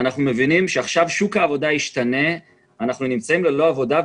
מבינים ששוק העבודה השתנה עכשיו ושהם ללא עבודה,